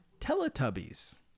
Teletubbies